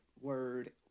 word